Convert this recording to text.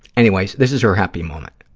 anyways, this is her happy moment.